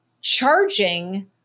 charging